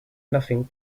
nothing